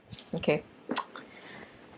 okay